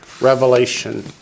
Revelation